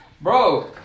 Bro